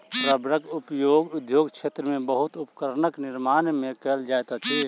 रबड़क उपयोग उद्योग क्षेत्र में बहुत उपकरणक निर्माण में कयल जाइत अछि